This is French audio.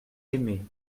aimée